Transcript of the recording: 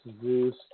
Zeus